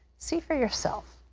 see for yourself.